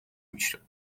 میشد